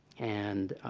and